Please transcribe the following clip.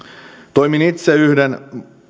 toimin itse yhden